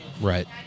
Right